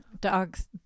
dog's